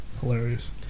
Hilarious